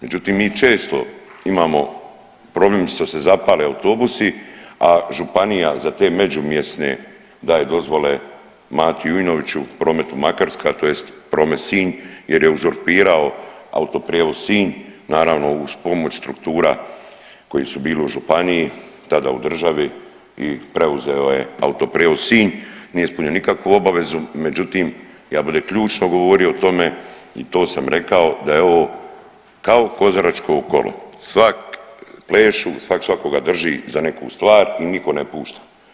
Međutim, mi često imamo problem što se zapale autobusi, a županija za te međumjesne daje dozvole Mati Jujnoviću Prometu Makarska tj. Prometu Sinj jer je uzurpirao Autoprijevoz Sinj naravno uz pomoć struktura koje su bili u županiji tada u državi i preuzeo je Autoprijevoz Sinj, nije ispunio nikakvu obavezu, međutim ja bi ovdje ključno govorio o tome i to sam rekao da je ovo kao Kozaračko kolo, svak plešu, svak svakoga drži za neku stvar i niko ne pušta.